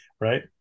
Right